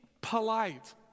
polite